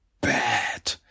bad